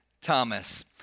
Thomas